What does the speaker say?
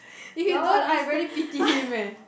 if he don't I really pity him eh